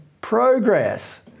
progress